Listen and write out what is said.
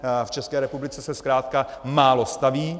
V České republice se zkrátka málo staví.